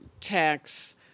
tax